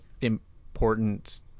important